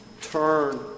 turn